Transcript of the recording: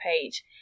page